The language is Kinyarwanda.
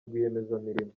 rwiyemezamirimo